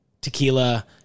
tequila